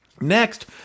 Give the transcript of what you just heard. Next